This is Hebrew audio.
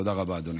תודה רבה, אדוני.